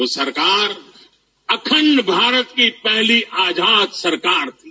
वह सरकार अखंड भारत की पहली आजाद सरकार थी